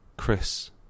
Chris